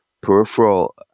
peripheral